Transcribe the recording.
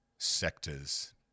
Sectors